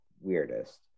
weirdest